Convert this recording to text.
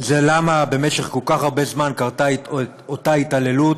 היא למה במשך כל כך הרבה זמן קרתה אותה התעללות